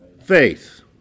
faith